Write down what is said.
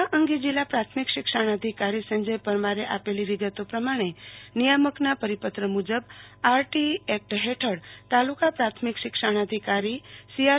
આ અંગે જિલ્લા પ્રાથમિક શિક્ષણાધિકારી સંજય પરમારએ આપેલી વિગતો પ્રમાણે નિયામકના પરિપત્ર મુજબ આરટીઈ એક્ટ હેઠળ તાલુકા પ્રાથમિક શિક્ષણાધીકારી સીઆર